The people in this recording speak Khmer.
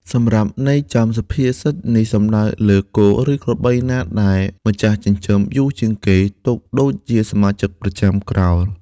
សម្រាប់ន័យចំ សុភាសិតនេះសំដៅលើ គោ ឬក្របីណាដែលម្ចាស់ចិញ្ចឹមយូរជាងគេ ទុកដូចជាសមាជិកប្រចាំក្រោល។